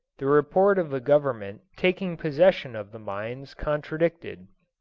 the report of the government taking possession of the mines contradicted